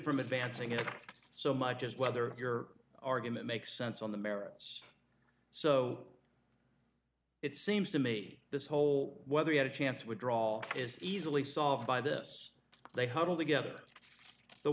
from advancing it so much as whether your argument makes sense on the merits so it seems to me this whole whether he had a chance with drawl is easily solved by this they huddled together the